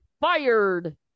fired